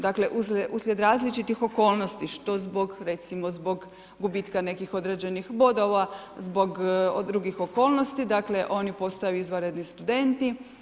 Dakle uslijed različitih okolnosti što zbog recimo zbog gubitka nekih određenih bodova, zbog, od drugih okolnosti, dakle oni postaju izvanredni studenti.